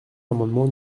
l’amendement